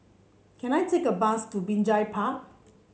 can I take a bus to Binjai Park